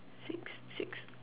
six six